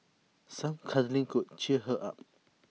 some cuddling could cheer her up